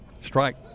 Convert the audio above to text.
Strike